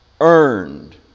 earned